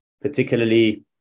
particularly